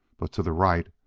but, to the right,